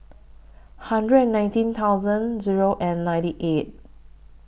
hundred and nineteen thousand Zero and ninety eight